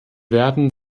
werden